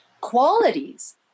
qualities